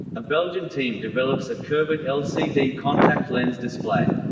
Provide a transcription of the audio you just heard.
a belgian team develops a curved lcd contact lens display.